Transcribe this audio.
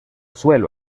suelo